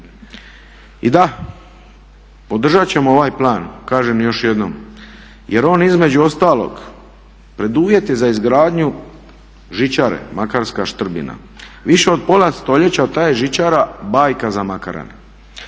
I da, podržati ćemo ovaj plan, kažem još jednom, jer on između ostalog, preduvjeti za izgradnju žičare Makarska-Štrbina. Više od pola stoljeća ta je žičara bajka za Makarane.